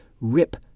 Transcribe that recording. rip